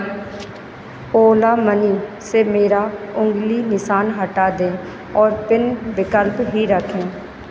ओला money से मेरा उंगली निशान हटा दें और पिन विकल्प ही रखें